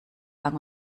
lang